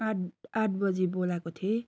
आठ आठ बजी बोलाएको थिएँ